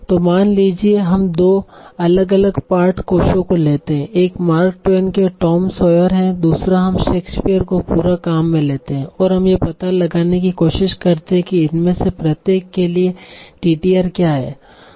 तो मान लीजिए कि हम 2 अलग अलग पाठ कोषों को लेते हैं एक मार्क ट्वेन के टॉम सॉयर हैं दूसरा हम शेक्सपियर को पूरा काम में लेते हैं और हम यह पता लगाने की कोशिश करते हैं कि इनमें से प्रत्येक के लिए टीटीआर क्या है